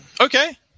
Okay